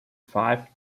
five